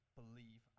believe